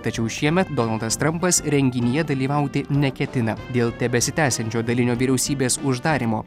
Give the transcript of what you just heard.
tačiau šiemet donaldas trampas renginyje dalyvauti neketina dėl tebesitęsiančio dalinio vyriausybės uždarymo